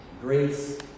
grace